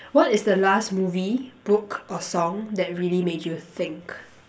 what is the last movie book or song that really made you think